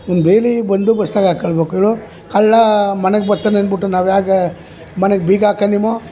ನೀನು ಬೇಲಿ ಬಂದೋಬಸ್ತಾಗ್ ಹಾಕಳ್ಬೇಕು ಹೇಳು ಕಳ್ಳಾ ಮನೆಗೆ ಬರ್ತಾನೆ ಅಂದ್ಬಿಟ್ಟು ನಾವು ಹೇಗೆ ಮನೆಗೆ ಬೀಗ ಹಾಕಂದಿಮೋ